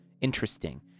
interesting